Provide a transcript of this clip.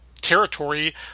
territory